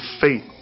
faith